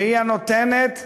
והיא הנותנת,